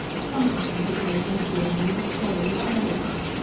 sometimes it made him feel unnecessarily bearish.